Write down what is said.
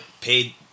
paid